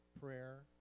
prayer